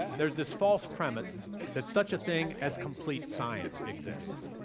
there's this false premise that such a thing as complete science exists.